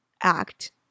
act